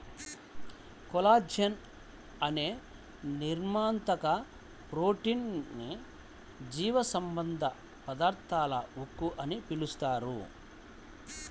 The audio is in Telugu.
కొల్లాజెన్ అనే నిర్మాణాత్మక ప్రోటీన్ ని జీవసంబంధ పదార్థాల ఉక్కు అని పిలుస్తారు